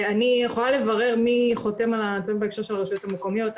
אני יכולה לברר מי חותם על הצו בהקשר של הרשויות המקומיות.